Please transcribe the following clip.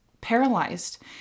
paralyzed